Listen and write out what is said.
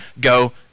go